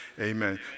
amen